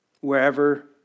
wherever